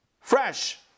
Fresh